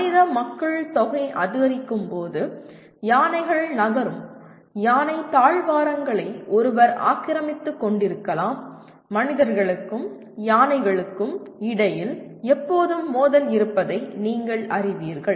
மனித மக்கள்தொகை அதிகரிக்கும் போது யானைகள் நகரும் யானை தாழ்வாரங்களை ஒருவர் ஆக்கிரமித்துக் கொண்டிருக்கலாம் மனிதர்களுக்கும் யானைகளுக்கும் இடையில் எப்போதும் மோதல் இருப்பதை நீங்கள் அறிவீர்கள்